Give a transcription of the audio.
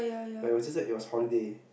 but it was just like it was holiday